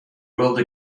ruled